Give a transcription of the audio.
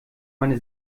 meine